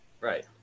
Right